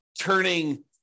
turning